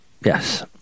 Yes